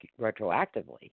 retroactively